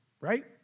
right